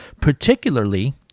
particularly